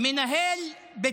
אתם מבינים?